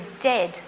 dead